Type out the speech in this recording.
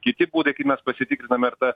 kiti būdai kaip mes pasitikriname ar ta